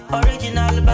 original